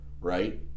right